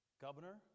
governor